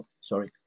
sorry